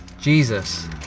Jesus